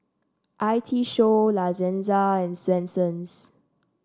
I T Show La Senza and Swensens